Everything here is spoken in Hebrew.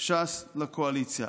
ש"ס לקואליציה.